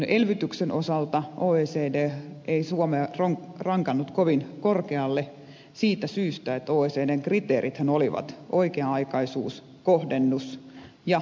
elvytyksen osalta oecd ei suomea rankannut kovin korkealle siitä syystä että oecdn kriteerithän olivat oikea aikaisuus kohdennus ja määräaikaisuus